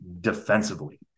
defensively